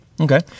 Okay